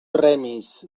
remis